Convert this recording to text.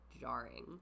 jarring